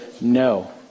no